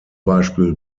beispiel